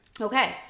Okay